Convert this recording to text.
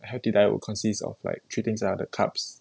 a healthy diet will consist of like three things ah the carbs